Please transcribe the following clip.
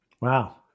Wow